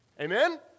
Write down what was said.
Amen